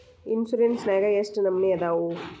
Insurance ನ್ಯಾಗ ಎಷ್ಟ್ ನಮನಿ ಅದಾವು?